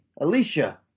Alicia